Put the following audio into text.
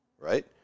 right